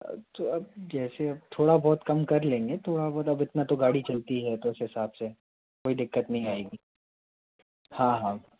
तो अब जैसे अब थोड़ा बहुत कम कर लेंगे थोड़ा बहुत अब इतना तो गाड़ी चलती ही है तो उस हिसाब से कोई दिक़्क़त नहीं आएगी हाँ हाँ